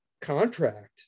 contract